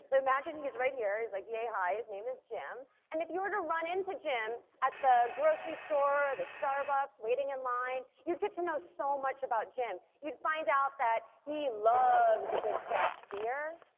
imagine he's right here is like yea high, his name is jim, and if you were to run into jim at the grocery store, the starbucks, waiting in line, you'd get to know so much about jim you'd find out that he loves a good craft beer,